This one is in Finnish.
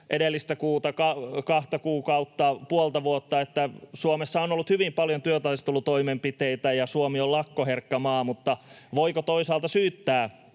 edellistä kahta kuukautta, puolta vuotta, niin Suomessa on ollut hyvin paljon työtaistelutoimenpiteitä ja Suomi on lakkoherkkä maa. Mutta voiko toisaalta syyttää